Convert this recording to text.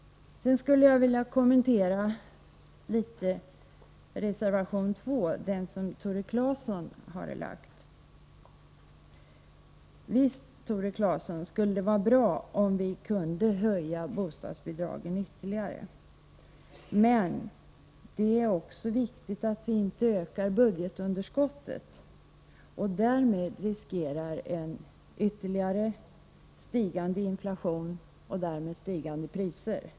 Sedan skulle jag vilja kommentera reservation 2, som Tore Claeson har fogat till betänkandet. Visst skulle det vara bra, Tore Claeson, om vi kunde höja bostadsbidragen ytterligare. Men det är också viktigt att vi inte ökar budgetunderskottet och därmed riskerar en stigande inflation och stigande priser.